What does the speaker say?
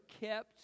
kept